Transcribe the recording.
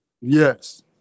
Yes